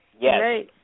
Yes